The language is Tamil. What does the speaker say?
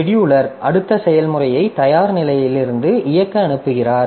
செடியூலர் அடுத்த செயல்முறையை தயார் நிலையில் இருந்து இயக்க அனுப்புகிறார்